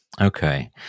Okay